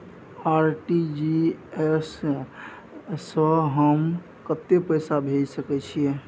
RTG S स हम कत्ते पैसा भेज सकै छीयै?